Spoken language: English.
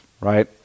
right